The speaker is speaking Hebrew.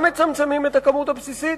גם מצמצמים את הכמות הבסיסית,